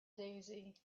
daisy